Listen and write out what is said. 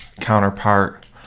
counterpart